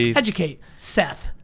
yeah educate seth.